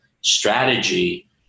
strategy